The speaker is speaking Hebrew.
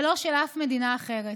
ולא של אף מדינה אחרת.